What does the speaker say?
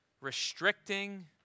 restricting